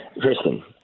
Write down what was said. Kristen